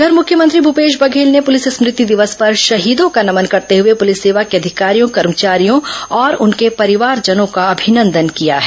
उधर मुख्यमंत्री भूपेश बघेल ने पुलिस स्मृति दिवस पर शहीदों का नमन करते हुए पुलिस सेवा के अधिकारियों कर्मचारियों और उनके परिवारजनों का अभिनंदन किया है